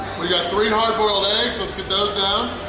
we got three hard-boiled eggs, let's get those down!